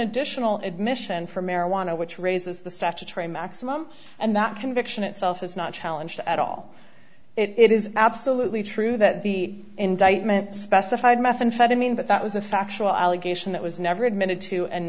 additional admission from marijuana which raises the statutory maximum and that conviction itself is not challenge at all it is absolutely true that the indictment specified methamphetamine but that was a factual allegation that was never admitted to and